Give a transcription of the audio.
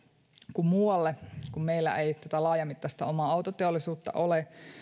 kuin muualle kun meillä ei laajamittaista omaa autoteollisuutta ole